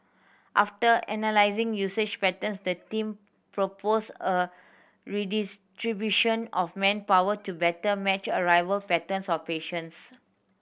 after analysing usage patterns the team proposed a redistribution of manpower to better match arrival patterns of patients